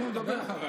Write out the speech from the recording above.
נו, דבר.